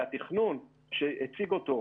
והתכנון שהאדריכל הציג אותו